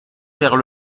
vers